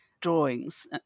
drawings